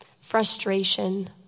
frustration